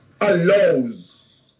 allows